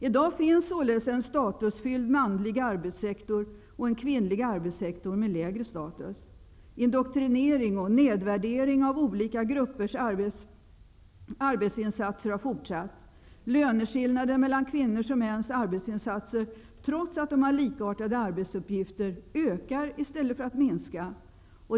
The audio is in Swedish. I dag finns således en statusfylld manlig arbetssektor och en kvinnlig arbetssektor med lägre status. Indoktrinering och nedvärdering av olika gruppers arbetsinsatser har fortsatt. Löneskillnaden mellan kvinnors och mäns arbetsinsatser ökar i stället för att minska, trots att de har likartade arbetsuppgifter.